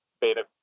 beta